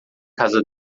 casa